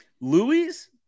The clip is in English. louis